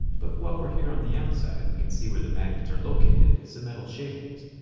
but while we're here on the outside we can see where the magnets are located with some metal shavings.